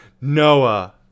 Noah